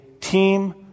team